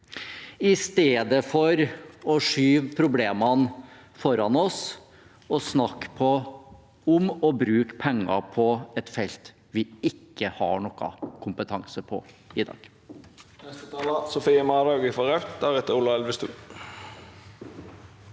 i stedet for å skyve problemene foran oss og snakke om å bruke penger på et felt vi ikke har noe kompetanse på i dag.